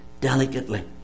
delicately